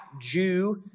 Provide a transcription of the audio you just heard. Jew